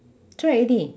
try already